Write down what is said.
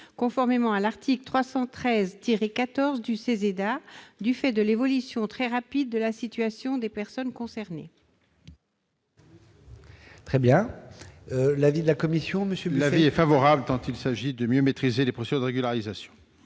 conformément à l'article L. 313-14 du CESEDA, du fait de l'évolution très rapide de la situation des personnes concernées. Quel est l'avis de la commission ? L'avis est favorable. Il s'agit de mieux maîtriser les procédures de régularisation.